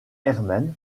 herman